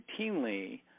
routinely